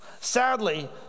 Sadly